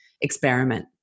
experiment